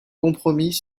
compromis